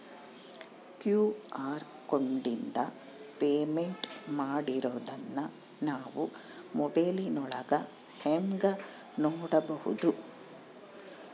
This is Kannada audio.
ಕ್ಯೂ.ಆರ್ ಕೋಡಿಂದ ಪೇಮೆಂಟ್ ಮಾಡಿರೋದನ್ನ ನಾವು ಮೊಬೈಲಿನೊಳಗ ಹೆಂಗ ನೋಡಬಹುದು?